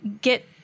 get